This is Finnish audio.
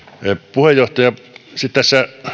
puheenjohtaja